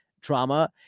trauma